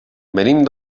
venim